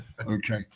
okay